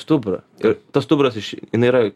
stuburą ir tas stuburas iš jinai yra